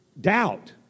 doubt